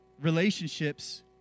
relationships